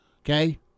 Okay